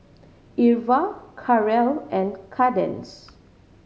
Irva Karel and Kadence